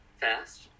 fast